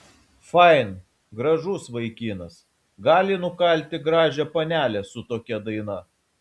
fain gražus vaikinas gali nukalti gražią panelę su tokia daina